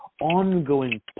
ongoing